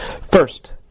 First